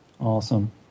Awesome